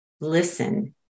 listen